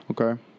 Okay